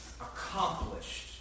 accomplished